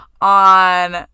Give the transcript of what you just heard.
on